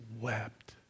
wept